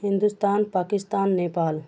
Hindustan Pakistan Nepal